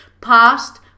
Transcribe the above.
past